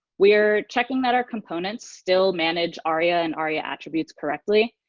we are checking that our components still manage aria and aria attributes correctly,